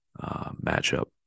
matchup